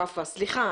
ופאא: "סליחה,